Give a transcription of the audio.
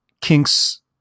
kinks